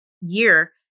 year